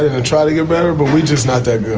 and to try to get better but we're just not that